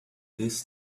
this